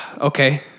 okay